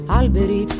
alberi